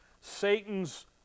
Satan's